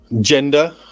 gender